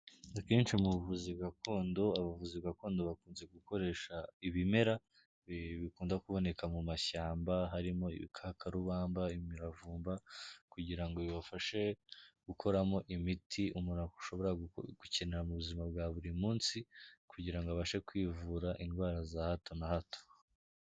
Akenshi mu buvuzi gakondo abavuzi gakondo bakunze gukoresha ibimera bikunda kuboneka mu mashyamba harimo: ibikakarubamba, imiravumba, kugira ngo bibafashe gukoramo imiti umuntu ashobora gukenera mu buzima bwa buri munsi kugira abashe kwivura indwara za hato na hato.